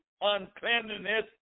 uncleanliness